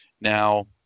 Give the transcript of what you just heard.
Now